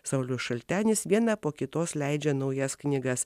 saulius šaltenis vieną po kitos leidžia naujas knygas